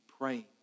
praying